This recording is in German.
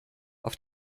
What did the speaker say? auf